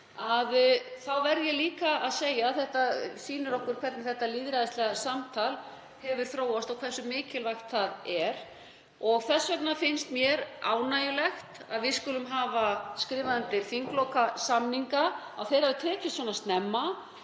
og verð líka að segja að þetta sýnir okkur hvernig lýðræðislegt samtal hefur þróast og hversu mikilvægt það er. Þess vegna finnst mér ánægjulegt að við skulum hafa skrifað undir þinglokasamning, að hann hafi tekist svona snemma